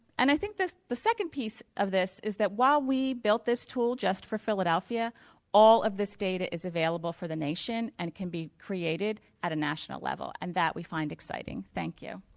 and i think the the second piece of this is that while we built this tool just for philadelphia all of this data is available for the nation and can be created at a national level and that we find exciting. thank you.